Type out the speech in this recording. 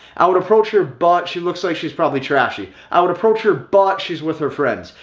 i would approach her but she looks like she's probably trashy, i would approach her but she's with her friends,